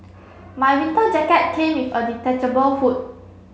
my winter jacket came with a detachable hood